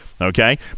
okay